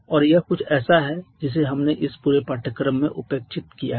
और यह कुछ ऐसा है जिसे हमने इस पूरे पाठ्यक्रम में उपेक्षित किया है